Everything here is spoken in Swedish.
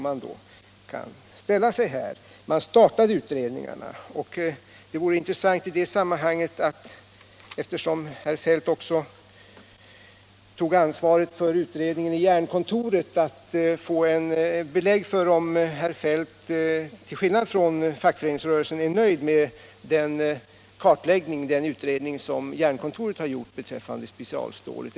Man startade visserligen utredningar, och eftersom herr Feldt tog ansvaret också för Jernkontorets utredning kan det vara intressant att få belägg för om herr Feldt till skillnad från fackföreningsrörelsen är nöjd med den utredning och kartläggning som Jernkontoret gjorde beträffande specialstålet.